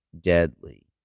deadly